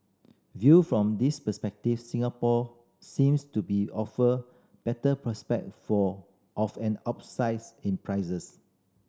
viewed from this perspective Singapore seems to be offer better prospect for of an upsides in prices